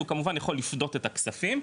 הוא כמובן יכול לפדות את הכספים,